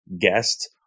guest